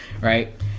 Right